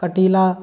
कटीला